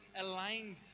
aligned